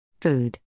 Food